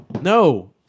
No